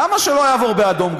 למה שלא יעבור באדום,